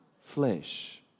flesh